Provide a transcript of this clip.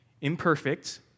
imperfect